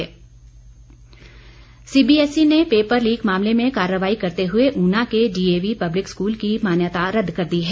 CBSE CBSE ने paper leak मामले में कार्रवाई करते हुए ऊना के डीएवी पब्लिक स्कूल की मान्यता रद्द कर दी है